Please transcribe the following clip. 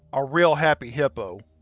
a real happy hippo.